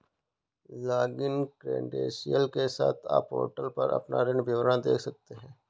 login credential के साथ, आप पोर्टल पर अपना ऋण विवरण देख सकते हैं